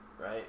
right